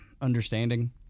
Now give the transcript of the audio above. understanding